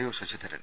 O Sasidharan